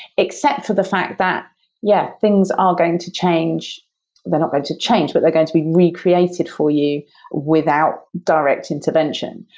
except for the fact that yeah, things are going to change they're not going to change, but they're going to be recreated for you without direct intervention.